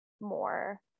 more